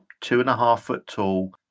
two-and-a-half-foot-tall